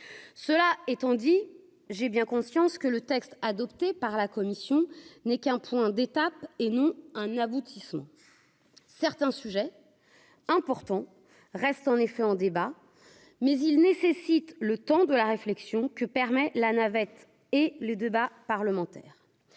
cela étant dit, j'ai bien conscience que le texte adopté par la commission n'est qu'un point d'étape et non un aboutissement certains sujets importants restent en effet en débat mais il nécessite le temps de la réflexion que permet la navette et le débat parlementaire,